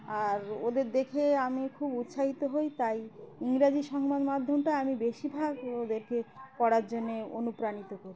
আর ওদের দেখে আমি খুব উৎসাহিত হই তাই ইংরাজি সংবাদ মাধ্যমটা আমি বেশিরভাগ ওদেরকে পড়ার জন্যে অনুপ্রাণিত করি